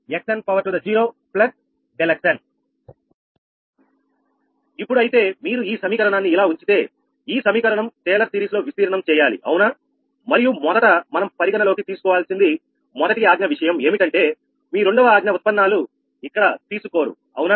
xn ∆xn ఇప్పుడు అయితే మీరు ఈ సమీకరణాన్ని ఇలా ఉంచితే ఈ సమీకరణం టేలర్ సిరీస్ లో విస్తీరణం చెయ్యాలి అవునా మరియు మొదట మనం పరిగణనలోకి తీసుకోవాల్సింది మొదటి ఆజ్ఞ విషయం ఏమిటంటే మీ రెండవ ఆజ్ఞ ఉత్పన్నాలు ఇక్కడ తీసుకోరు అవునా